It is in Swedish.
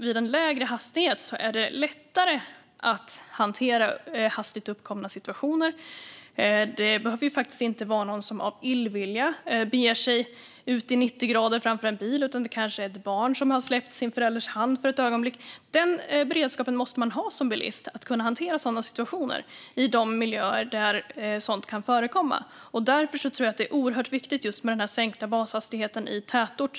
Vid en lägre hastighet är det dock lättare att hantera hastigt uppkomna situationer. Det behöver inte vara någon som av illvilja beger sig ut i 90 grader framför en bil, utan det kan vara ett barn som har släppt sin förälders hand för ett ögonblick. Som bilist måste man ha beredskap att kunna hantera sådana situationer i de miljöer där de kan förekomma. Därför tror jag att det är oerhört viktigt just med en sänkt bashastighet i tätort.